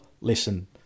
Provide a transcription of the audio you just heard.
listen